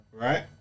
Right